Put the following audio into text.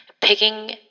picking